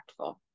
impactful